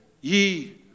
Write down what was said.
ye